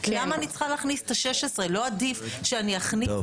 למה אני צריכה להכניס את ה-16?לא עדיף שאני אכניס --- טוב.